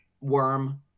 worm